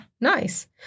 Nice